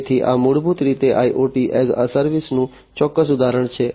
તેથી આ મૂળભૂત રીતે IoT એ એ સર્વિસનું ચોક્કસ ઉદાહરણ છે